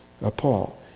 Paul